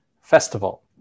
festival